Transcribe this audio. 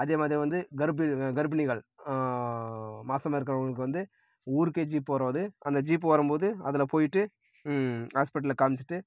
அதேமாதிரியே வந்து கர்பி கர்ப்பிணிகள் மாசமாக இருக்கிறவங்களுக்கு வந்து ஊருக்கே ஜீப்பு வரும் அது அந்த ஜீப்பு வரும்போது அதில் போய்ட்டு ஹாஸ்பிட்டல்ல காமிச்சிட்டு